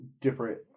different